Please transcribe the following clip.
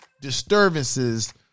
disturbances